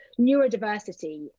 neurodiversity